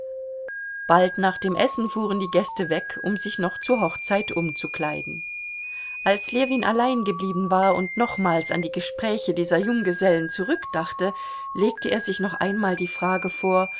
bald nach dem essen fuhren die gäste weg um sich noch zur hochzeit umzukleiden als ljewin allein geblieben war und nochmals an die gespräche dieser junggesellen zurückdachte legte er sich noch einmal die frage vor